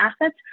assets